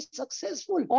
successful